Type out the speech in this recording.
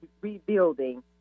rebuilding